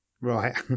Right